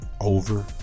over